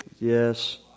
Yes